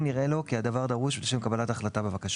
אם נראה לו כי הדבר דרוש לשם קבלת החלטה בבקשה.